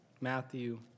Matthew